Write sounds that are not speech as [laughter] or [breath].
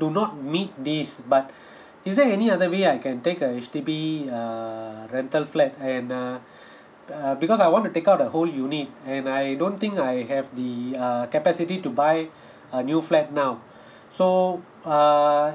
do not meet this but [breath] is there any other way I can take a H_D_B uh rental flat and uh [breath] uh because I want to take out the whole unit and I don't think I have the uh capacity to buy [breath] a new flat now [breath] so err